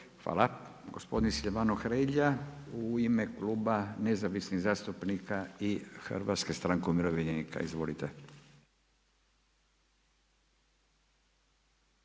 hvala. Gospodin Silvano Hrelja u ime kluba Nezavisnih zastupnika i HSU-a. Izvolite.